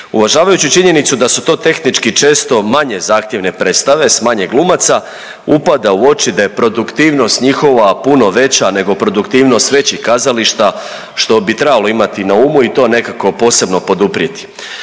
Uvažavajući činjenicu da su to tehnički često manje zahtjevne predstave s manje glumaca upada u oči da je produktivnost njihova puno veća nego produktivnost većih kazališta, što bi trebalo imati na umu i to nekako posebno poduprijeti.